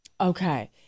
Okay